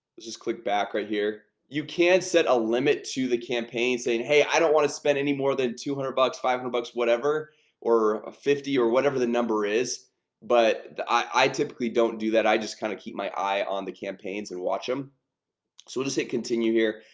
let's just click back right here, you can't set a limit to the campaign saying hey i don't want to spend any more than two hundred bucks five hundred and bucks whatever or fifty or whatever the number is but i typically don't do that i just kind of keep my eye on the campaigns and watch them, so what does it continue here,